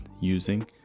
using